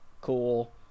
cool